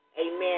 Amen